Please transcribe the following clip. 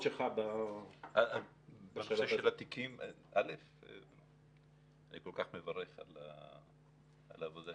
אני כל כך מברך על העבודה